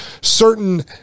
certain